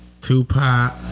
Tupac